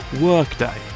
Workday